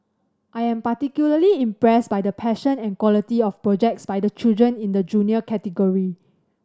I am particularly impressed by the passion and quality of projects by the children in the Junior category